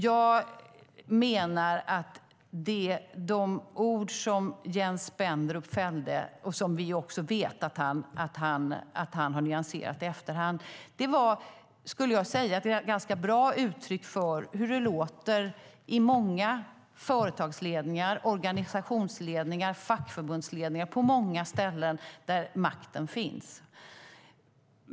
Jag menar att de ord som Jens Spendrup fällde, och som vi också vet att han har nyanserat i efterhand, var ett ganska bra uttryck för hur det låter i många företagsledningar, organisationsledningar, fackförbundsledningar och på många ställen där makten finns.